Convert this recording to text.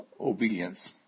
obedience